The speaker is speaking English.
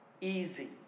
easy